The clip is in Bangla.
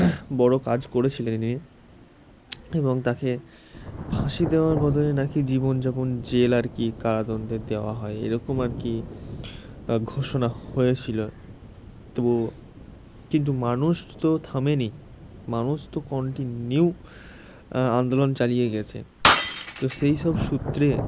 বড়ো কাজ করেছিলেন এবং তাকে ফাঁসি দেওয়ার বদলে নাকি জীবনযাপন জেল আর কি কারাদণ্ডের দেওয়া হয় এরকম আর কি ঘোষণা হয়েছিলো তবু কিন্তু মানুষ তো থামেনি মানুষ তো কন্টিনিউ আন্দোলন চালিয়ে গেছে তো সেই সব সূত্রে